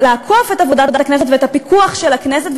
לעקוף את עבודת הכנסת ואת הפיקוח של הכנסת,